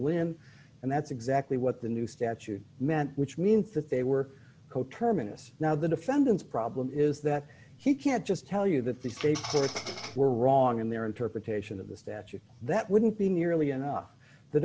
limb and that's exactly what the new statute meant which means that they were coterminous now the defendants problem is that he can't just tell you that these were wrong in their interpretation of the statute that wouldn't be nearly enough the